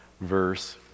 verse